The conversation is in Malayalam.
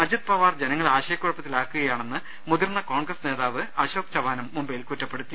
അജിത് പവാർ ജനങ്ങളെ ആശയക്കുഴപ്പത്തിലാ ക്കുകയാണെന്ന് മുതിർന്ന കോൺഗ്രസ് നേതാവ് അശോക് ചവാനും മുംബൈയിൽ കുറ്റപ്പെടുത്തി